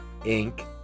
Inc